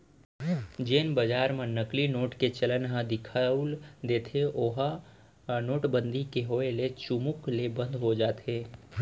जेन बजार म नकली नोट के चलन ह दिखउल देथे ओहा नोटबंदी के होय ले चुमुक ले बंद हो जाथे